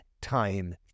time